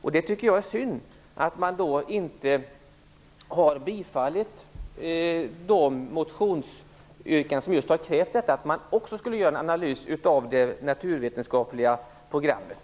Jag tycker att det är synd att man inte har tillstyrkt de motionsyrkanden där det just krävs att en analys görs av det naturvetenskapliga programmet.